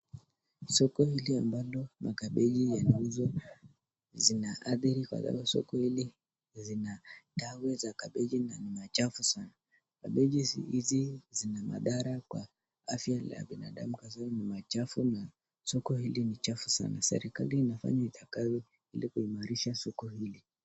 Soko hili ambalo makabeji yanauzwa zinaathiri kwa sababu soko hili zina dawe za kabeji ndani ni machafu sana. Kabeji hizi zina madhara kwa afya ya binadamu kwa sababu ni machafu na soko hili ni chafu sana. Serikali inafanya itakavyo ili kuimarisha soko hili.